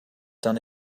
done